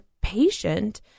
patient